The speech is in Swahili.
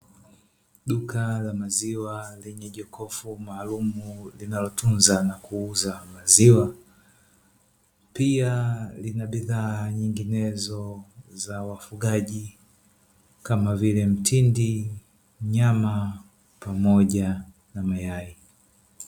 Duka la maziwa lenye jokofu maalumu linalotunza na kuuza maziwa. Pia lina bidhaa nyinginezo za wafugaji kama vile, mtindi, nyama pamoja na mayai.